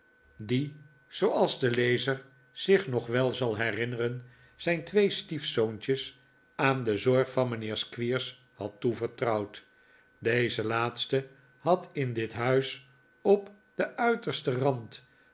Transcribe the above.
die zooals de lezer zich nog wel zal herinneren zijn twee stiefzoontjes aan de zorg van mijnheer squeers had toevertrouwd deze laatste had in dit huis op den uitersten rand